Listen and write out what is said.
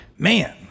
Man